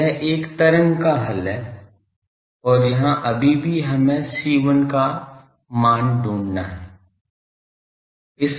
तो यह एक तरंग का हल है और यहां अभी भी हमें C1 का मूल्य ढूंढना होगा